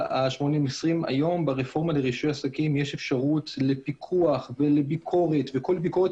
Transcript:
היום ברפורמה לרישוי עסקים יש אפשרות לפיקוח ולביקורת וכל ביקורת